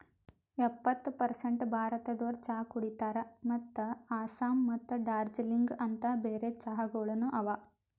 ಎಪ್ಪತ್ತು ಪರ್ಸೇಂಟ್ ಭಾರತದೋರು ಚಹಾ ಕುಡಿತಾರ್ ಮತ್ತ ಆಸ್ಸಾಂ ಮತ್ತ ದಾರ್ಜಿಲಿಂಗ ಅಂತ್ ಬೇರೆ ಚಹಾಗೊಳನು ಅವಾ